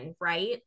right